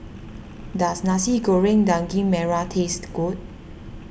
does Nasi Goreng Daging Merah taste good